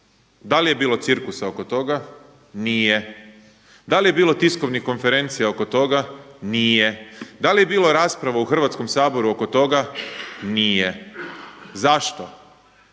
Da li je bilo cirkusa oko toga? Nije. Da li je bilo tiskovnih konferencija oko toga? Nije. Da li je bilo rasprava u Hrvatskom saboru oko toga? Nije. Zašto?